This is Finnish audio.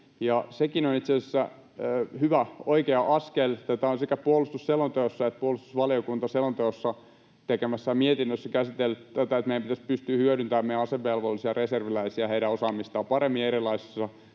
sekin on itse asiassa hyvä, oikea askel. Tätä on sekä puolustusselonteossa että puolustusvaliokunta selonteosta tekemässään mietinnössä käsitellyt, että meidän pitäisi pystyä hyödyntämään meidän asevelvollisia reserviläisiä ja heidän osaamistaan paremmin erilaisissa